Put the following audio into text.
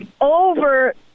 over